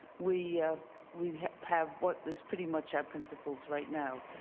we we have what is pretty much our principles right now,